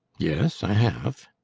yes, i have.